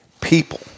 people